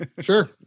Sure